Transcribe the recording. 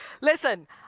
listen